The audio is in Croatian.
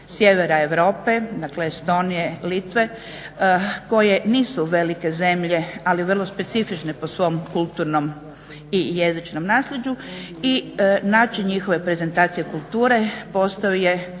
sjevera Europe. Dakle, Estonije, Litve koje nisu velike zemlje ali vrlo specifične po svom kulturnom i jezičnom naslijeđu i način njihove prezentacije kulture postao je